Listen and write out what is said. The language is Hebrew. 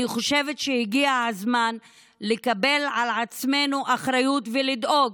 אני חושבת שהגיע הזמן לקבל על עצמנו אחריות ולדאוג